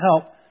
help